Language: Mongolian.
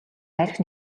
архи